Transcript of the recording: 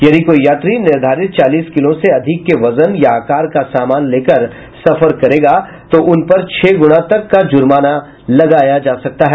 यदि कोई यात्री निर्धारित चालीस किलो से अधिक के वजन या आकार का सामान लेकर सफर करेंगे तो उन पर छह गुना तक का जुर्माना लगाया जा सकता है